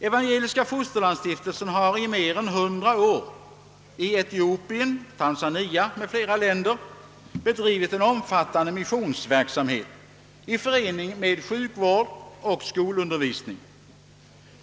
Evangeliska fosterlandsstiftelsen har i mer än hundra år i Etiopien, Tanzania m.fl. länder bedrivit en omfattande missionsverksamhet i förening med sjukvård och skolundervisning.